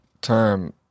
time